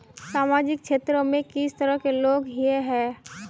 सामाजिक क्षेत्र में किस तरह के लोग हिये है?